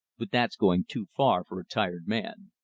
but that's going too far for a tired man.